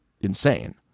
insane